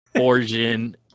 origin